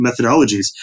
methodologies